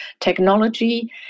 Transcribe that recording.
technology